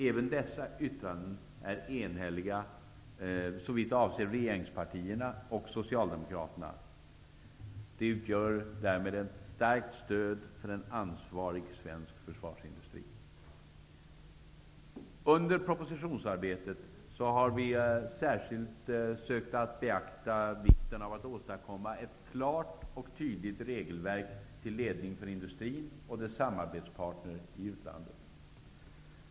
Även dessa yttranden är enhälliga såvitt avser regeringspartierna och Socialdemokraterna. De utgör därmed ett starkt stöd för en ansvarig svensk försvarsindustri. Under propositionsarbetet har vi särskilt sökt att beakta vikten av att åtstadkomma ett klart och tydligt regelverk till ledning för industrin och dess samarbetspartner i utlandet.